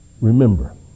remember